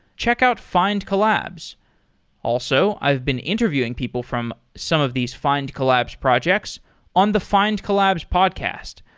check out findcollabs also, i've been interviewing people from some of these findcollabs projects on the findcollabs podcast.